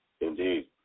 Indeed